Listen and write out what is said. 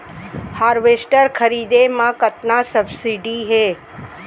Harvester खरीदे म कतना सब्सिडी हे?